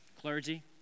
clergy